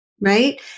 right